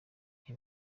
nti